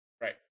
Right